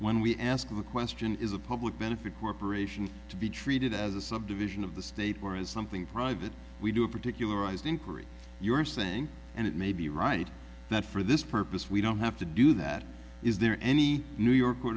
when we ask the question is a public benefit corporation to be treated as a subdivision of the state or as something private we do a particular ised inquiry you're saying and it may be right that for this purpose we don't have to do that is there any new york